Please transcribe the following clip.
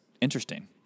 interesting